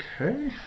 Okay